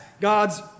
God's